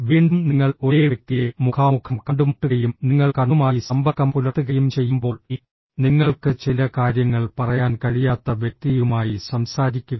വീണ്ടും നിങ്ങൾ ഒരേ വ്യക്തിയെ മുഖാമുഖം കണ്ടുമുട്ടുകയും നിങ്ങൾ കണ്ണുമായി സമ്പർക്കം പുലർത്തുകയും ചെയ്യുമ്പോൾ നിങ്ങൾക്ക് ചില കാര്യങ്ങൾ പറയാൻ കഴിയാത്ത വ്യക്തിയുമായി സംസാരിക്കുക